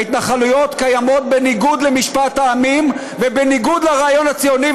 ההתנחלויות קיימות בניגוד למשפט העמים ובניגוד לרעיון הציוני,